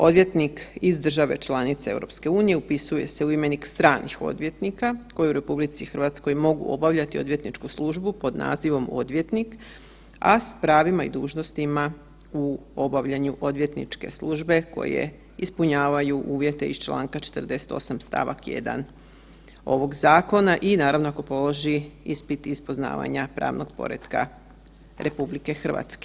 Odvjetnik iz države članice EU upisuje se u imenik stranih odvjetnika koji u RH mogu obavljati odvjetničku službu pod nazivom „odvjetnik“, a s pravima i dužnostima u obavljanju odvjetničke službe koje ispunjavaju uvjete iz čl. 48. st. 1. ovog zakona i naravno ako položi ispit iz poznavanja pravnog poretka RH.